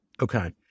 Okay